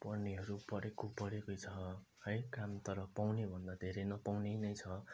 पढ्नेहरू पढेको पढेकै छ है काम तर पाउने भन्दा धेरै नपाउने नै छ